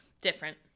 Different